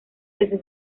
desde